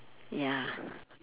ya